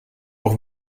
auch